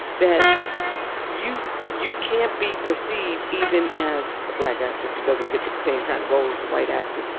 that you you can't be perceived even as the black actress who doesn't get the same kind of roles as the white actors,